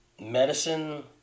medicine